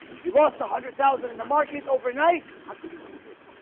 you lost a hundred thousand in the market overnight. how could this be good